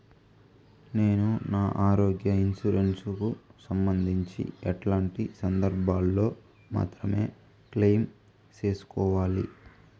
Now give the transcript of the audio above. నేను నా ఆరోగ్య ఇన్సూరెన్సు కు సంబంధించి ఎట్లాంటి సందర్భాల్లో మాత్రమే క్లెయిమ్ సేసుకోవాలి?